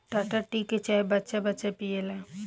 Tata tea के चाय बच्चा बच्चा पियेला